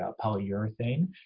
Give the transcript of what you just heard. polyurethane